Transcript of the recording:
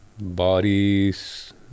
bodies